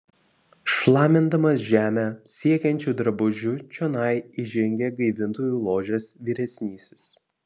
šlamindamas žemę siekiančiu drabužiu čionai įžengė gaivintojų ložės vyresnysis